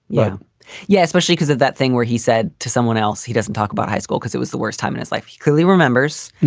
yeah yeah. especially because of that thing where he said to someone else, he doesn't talk about high school because it was the worst time in his life. he clearly remembers,